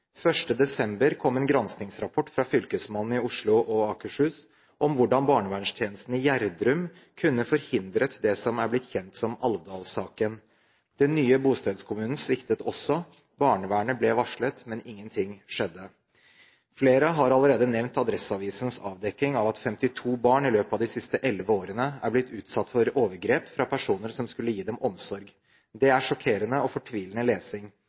desember kom en granskningsrapport fra fylkesmannen i Oslo og Akershus om hvordan barnevernstjenesten i Gjerdrum kunne forhindret det som er blitt kjent som Alvdal-saken. Den nye bostedskommunen sviktet også. Barnevernet ble varslet, men ingenting skjedde. Flere har allerede nevnt Adresseavisens avdekking av at 52 barn i løpet av de siste elleve årene er blitt utsatt for overgrep fra personer som skulle gi dem omsorg. Det er sjokkerende og fortvilende